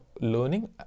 learning